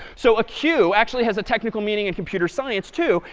so a queue actually has a technical meaning and computer science too.